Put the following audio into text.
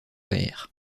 vers